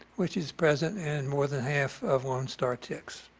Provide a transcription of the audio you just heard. which is present in more than half of lone star ticks.